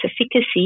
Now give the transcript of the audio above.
efficacy